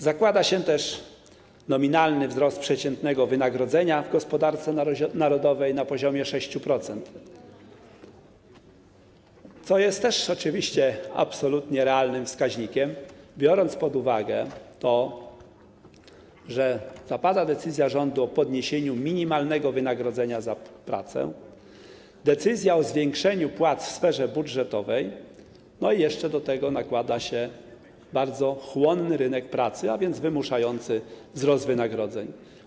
Zakłada się też nominalny wzrost przeciętnego wynagrodzenia w gospodarce narodowej na poziomie 6%, co jest też oczywiście absolutnie realnym wskaźnikiem, biorąc pod uwagę to, że zapada decyzja rządu o podniesieniu minimalnego wynagrodzenia za pracę, decyzja o zwiększeniu płac w sferze budżetowej i jeszcze nakłada się na to bardzo chłonny rynek pracy, a więc wymuszający wzrost wynagrodzeń.